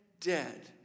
dead